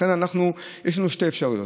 לכן יש לנו שתי אפשרויות: